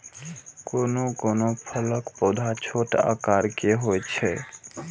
कोनो कोनो फलक पौधा छोट आकार के होइ छै